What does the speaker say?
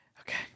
Okay